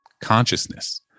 consciousness